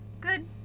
Good